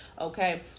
Okay